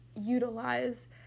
utilize